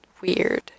weird